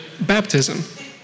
baptism